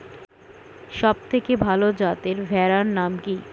সবথেকে ভালো যাতে ভেড়ার নাম কি?